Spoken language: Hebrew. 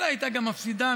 אולי הייתה גם מפסידה,